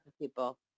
People